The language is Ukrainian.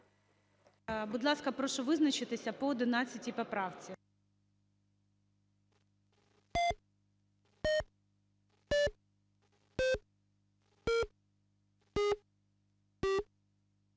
Будь ласка, прошу визначитися по 11 поправці.